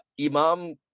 imam